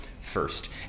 first